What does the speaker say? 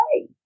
hey